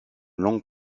longue